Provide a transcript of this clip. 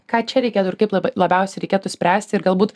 ką čia reikėtų ir kaip labai labiausiai reikėtų spręsti ir galbūt